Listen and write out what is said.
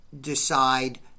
decide